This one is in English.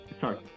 Sorry